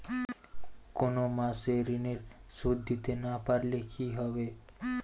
কোন মাস এ ঋণের সুধ দিতে না পারলে কি হবে?